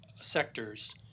sectors